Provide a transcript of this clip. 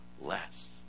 less